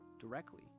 directly